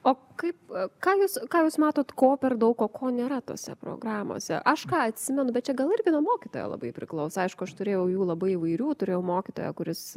o kaip ką jūs ką jūs matot ko per daug o ko nėra tose programose aš ką atsimenu bet čia gal irgi nuo mokytojo labai priklauso aišku aš turėjau jų labai įvairių turėjau mokytoją kuris